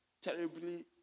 terribly